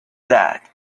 that